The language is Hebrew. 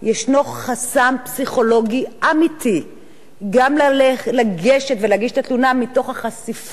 ישנו חסם פסיכולוגי אמיתי גם לגשת ולהגיש את התלונה מתוך החשיפה.